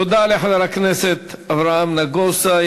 תודה לחבר הכנסת אברהם נגוסה.